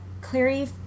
Clary